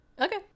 okay